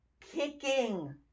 kicking